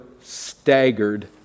staggered